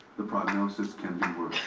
the prognosis can be